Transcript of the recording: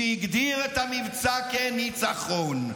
שהגדיר את המבצע כ"ניצחון".